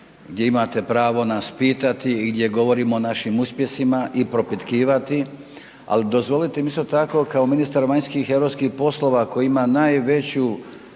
Hvala vam